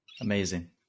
Amazing